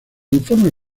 informe